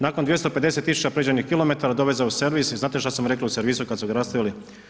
Nakon 250 tisuća pređenih kilometara doveze u servis i znate što su mu rekli u servisu kad su ga rastavili?